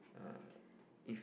uh if